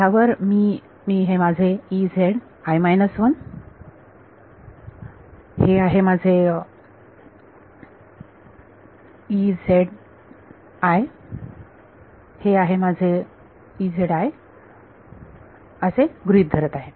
ह्यावर मी मी हे माझे हे आहे माझे हे आहे माझे असे गृहीत धरत आहे